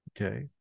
okay